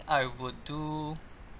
I would do